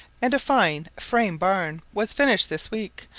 and a fine frame-barn was finished this week,